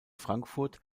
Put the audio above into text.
frankfurt